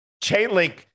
Chainlink